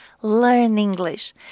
learnenglish